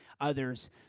others